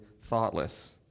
thoughtless